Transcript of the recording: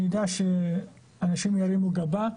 אני יודע שאנשים ירימו גבה,